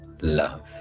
Love